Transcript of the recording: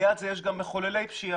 ליד זה יש גם מחוללי פשיעה.